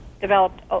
developed